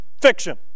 fiction